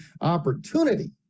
opportunity